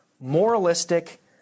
moralistic